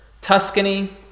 Tuscany